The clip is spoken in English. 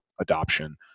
adoption